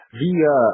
via